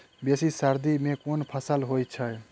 बेसी सर्दी मे केँ फसल होइ छै?